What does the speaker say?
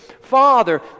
Father